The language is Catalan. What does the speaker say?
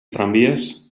tramvies